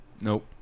Nope